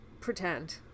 Pretend